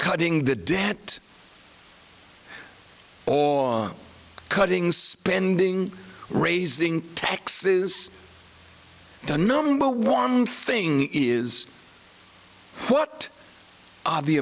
cutting the debt all cutting spending raising taxes the number one thing is what are the